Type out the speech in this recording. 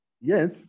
Yes